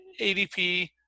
ADP